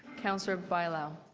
councillor bailao?